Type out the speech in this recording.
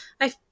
I-